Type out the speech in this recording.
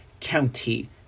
county